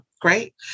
Great